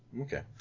Okay